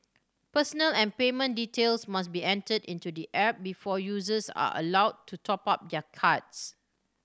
personal and payment details must be entered into the app before users are allowed to top up their cards